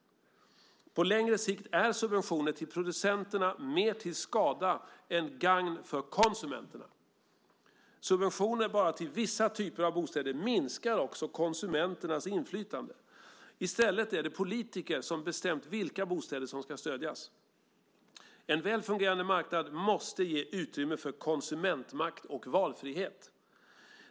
På längre sikt är subventioner till producenterna till mer skada än gagn för konsumenterna. Subventioner bara till vissa typer av bostäder minskar också konsumenternas inflytande. I stället är det politiker som bestämt vilka bostäder som ska stödjas. En väl fungerande marknad måste ge utrymme för konsumentmakt och valfrihet.